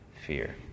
fear